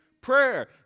prayer